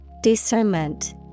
Discernment